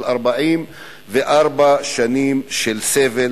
של 44 שנים של סבל,